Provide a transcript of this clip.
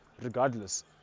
regardless